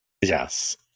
Yes